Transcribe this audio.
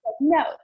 no